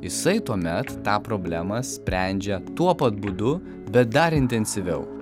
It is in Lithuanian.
jisai tuomet tą problemą sprendžia tuo pat būdu bet dar intensyviau